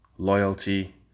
Loyalty